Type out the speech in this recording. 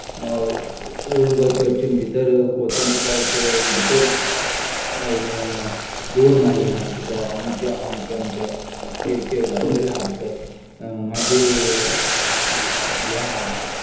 old Goa चर्चींत तुका भितर वचून तुका भितर बोर्ड मारलेले आहा तुमकां अमके अमके किहे किहे घातलेलें आहा भितर मागीर ए आहा